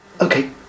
Okay